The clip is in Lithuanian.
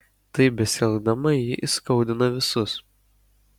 taip besielgdama ji įskaudina visus